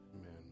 Amen